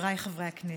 חבריי חברי הכנסת,